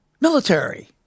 military